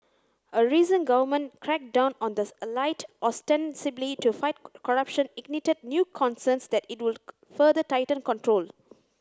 a recent government crackdown on the elite ostensibly to fight corruption ignited new concerns that it will further tighten control